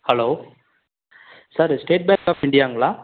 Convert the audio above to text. hello sir State Bank of இந்தியாங்களா